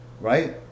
Right